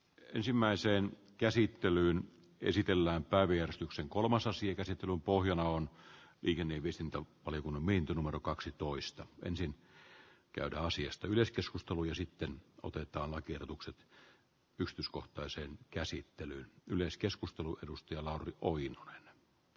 ensimmäiseen käsittelyyn esitellään päiviä tyksin kulmassa sirisetelun pohjana on viidennen viestintä oli poiminto numero kaksitoista ensin käydä asiasta yleiskeskustelu ja sitten otetaan lakiehdotukset yrityskohtaiseen käsittelyyn yleiskeskustelu edustaja lauri oinonen